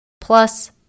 plus